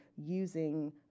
using